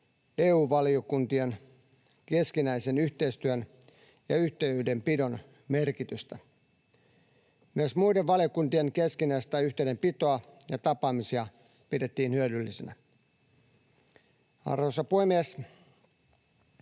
EU-valiokuntien keskinäisen yhteistyön ja yhteydenpidon merkitystä. Myös muiden valiokuntien keskinäistä yhteydenpitoa ja tapaamisia pidettiin hyödyllisinä. Arvoisa puhemies!